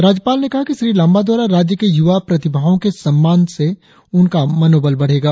राज्यपाल ने कहा कि श्री लांबा द्वारा राज्य के युवा प्रतिभाओं के सम्मान से उनका मनोबल बढ़ेगा